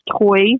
Toy